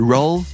Roll